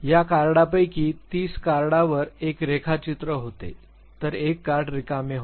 या कार्डांपैकी तीस कार्ड्सवर एक रेखाचित्र होते तर एक कार्ड रिकामे असते